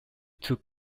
took